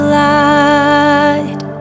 light